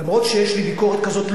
אף שיש לי ביקורת כזאת,